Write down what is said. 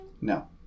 No